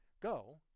go